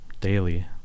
daily